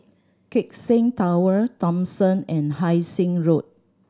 Keck Seng Tower Thomson and Hai Sing Road